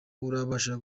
urabasha